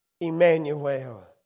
Emmanuel